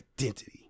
identity